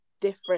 different